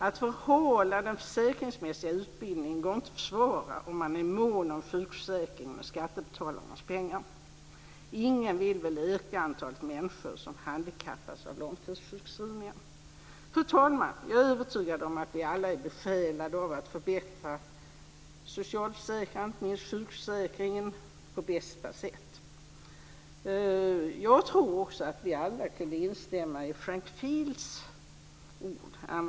Att förhala den försäkringsmässiga utbildningen går inte att försvara om man är mån om sjukförsäkringen och skattebetalarnas pengar. Ingen vill väl öka antalet människor som handikappas av långtidssjukskrivningar. Fru talman! Jag är övertygad om att vi alla är besjälade av att förbättra socialförsäkringarna, inte minst sjukförsäkringen på bästa sätt. Jag tror också att vi alla kan instämma i Frank Fields ord.